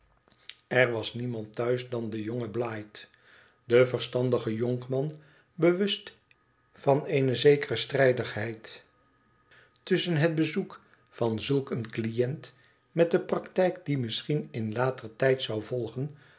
er was niemand thuis dan de jonge blight de verstandige jonkman bewust van eene zekere strijdigheid tusschen het bezoek van zulk een cliënt met de praktijk die misschien in later tijd zou volgen